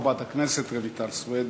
חברת הכנסת רויטל סויד,